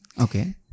Okay